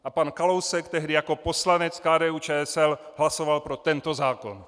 A pan Kalousek tehdy jako poslanec KDUČSL hlasoval pro tento zákon.